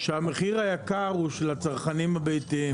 שהמחיר היקר הוא של הצרכנים הביתיים.